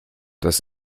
das